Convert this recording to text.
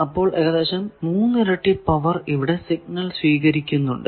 അപ്പോൾ ഏകദേശം 3 ഇരട്ടി പവർ ഇവിടെ സിഗ്നൽ സ്വീകരിക്കുന്നുണ്ട്